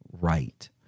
right